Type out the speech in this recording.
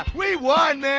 um we won, man,